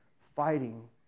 fighting